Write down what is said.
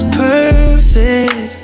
perfect